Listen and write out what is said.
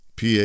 PA